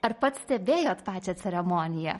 ar pats stebėjot pačią ceremoniją